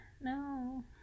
No